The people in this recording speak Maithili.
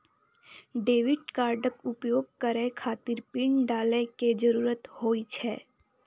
डेबिट कार्डक उपयोग करै खातिर पिन डालै के जरूरत होइ छै